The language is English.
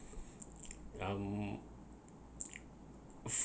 um of~